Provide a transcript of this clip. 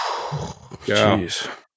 Jeez